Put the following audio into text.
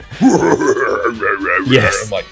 Yes